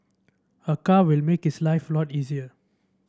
a car will make his life a lot easier